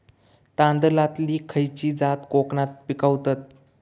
तांदलतली खयची जात कोकणात पिकवतत?